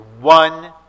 one